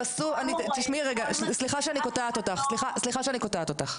סליחה שאני קוטעת אותך.